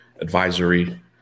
advisory